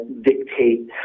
dictate